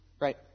Right